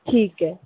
ठीक है